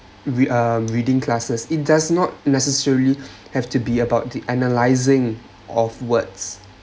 read uh reading classes it does not necessarily have to be about the analysing of words